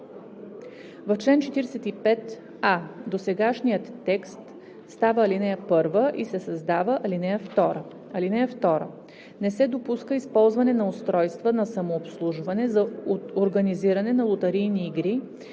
В чл. 45а досегашният текст става ал. 1 и се създава ал. 2: „(2) Не се допуска използване на устройства на самообслужване за организиране на лотарийни игри,